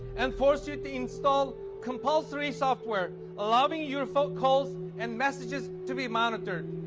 and force you to install compulsory software allowing your phone calls and messages to be monitored.